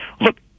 look